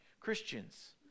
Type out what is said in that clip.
christians